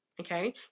Okay